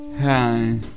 Hi